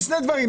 זה שני דברים.